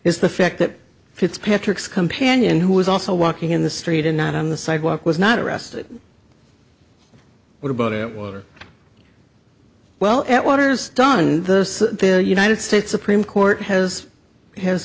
is the fact that fitzpatrick's companion who was also walking in the street and not on the sidewalk was not arrested what about it water well at water's done the united states supreme court has has